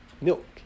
milk